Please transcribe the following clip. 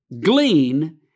glean